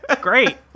Great